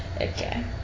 Okay